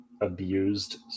abused